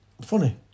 Funny